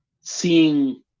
seeing